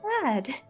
sad